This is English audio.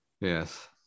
Yes